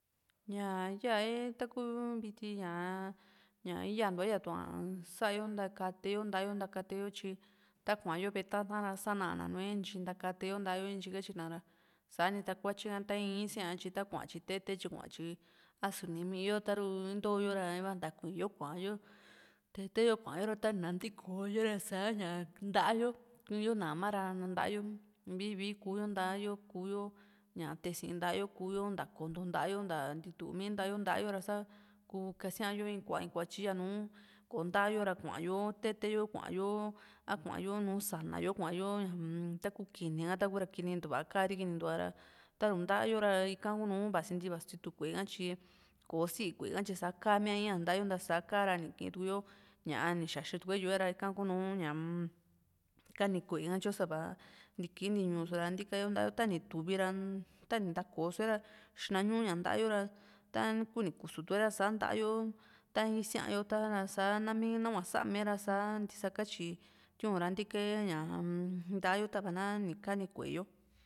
ña'a yoe taku viti yaa, ñia yuetua sa'ao takatieo ta'ao, takatieo chi taa kuayo ve'e tata sanana nue xia takatieo ta'ao xii kachina ra, saani tee kuachika taa i'i xia chi, takua chi tete chikua chi a suu nimiyo tarunto yo'o ra takuiyo kuayo, te tayo kuaora ta natikoyo ra sa'a ya ta'ayo kuñuo naama ra ta'ayo, vi'i vi'i kuyo ta'ayo kuyo tasi'i tayo kuyo taa konto tayo, tanti tu'u mi tayo, ta'ayo ra saa ku'u kasiao ikuva, ikuva chi yoonu kontayo ra kuayo teeteyo kuayo, a kuayo nuu sanayo kuayo yaun taku kini a ta kura kini tikua kari, kini tikua ra takun tayo ra ika kunu vasintii vasi tu kue'eka chi, koosi kue'eka chi sakaa mia i'iña tayo tasaa kaara nikii tukuyo ñiaa nixaxi tukuo yiuo ra ika kuu nuu kani kue'e sachio tiki niñu sa'a tikayo taayo, taa nituvi takusue ra xinanuya ta'ayo ra taa kuni kusuu tuo ra saa ta'ayo, taa isiaño tara sanami nuva sami ra sa'a tisa kachi tiu ra tike ñaa ta'ayo tava naa nikani kue'e yoo.